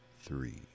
three